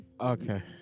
Okay